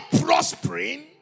prospering